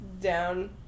down